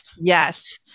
yes